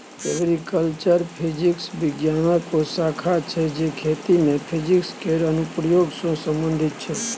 agriculture physics बिज्ञानक ओ शाखा छै जे खेती मे फिजिक्स केर अनुप्रयोग सँ संबंधित छै